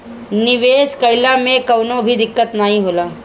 निवेश कइला मे कवनो भी दिक्कत नाइ होला